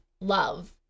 love